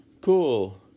cool